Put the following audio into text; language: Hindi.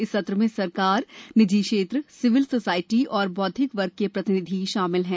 इस सत्र में सरकार निजी क्षेत्र सिविल सोसाइटी और बौद्धिक वर्ग के प्रतिनिधि शामिल हैं